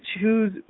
choose